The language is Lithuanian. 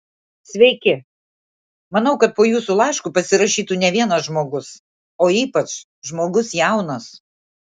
sveiki manau kad po jūsų laišku pasirašytų ne vienas žmogus o ypač žmogus jaunas